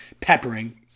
peppering